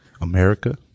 America